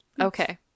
Okay